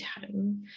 time